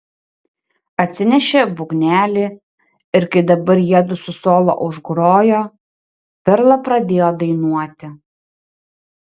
atsinešė būgnelį ir kai dabar jiedu su solo užgrojo perla pradėjo dainuoti